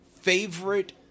favorite